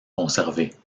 conservés